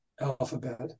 alphabet